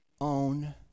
own